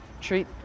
Treat